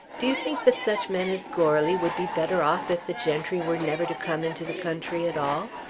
do you think that such men as goarly would be better off if the gentry were never to come into the country at all?